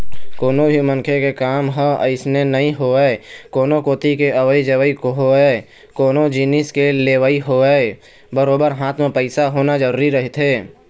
कोनो भी मनखे के काम ह अइसने नइ होवय कोनो कोती के अवई जवई होवय कोनो जिनिस के लेवई होवय बरोबर हाथ म पइसा होना जरुरी रहिथे